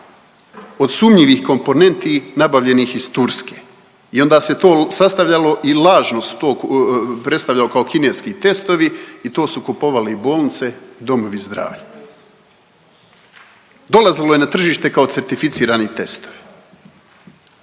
od sumnjivih komponenti nabavljenih iz Turske. I onda se to sastavljalo i lažno su to predstavljalo kao kineski tekstovi i to su kupovale i bolnice i domovi zdravlja. Dolazilo je na tržište kao certificirani testovi.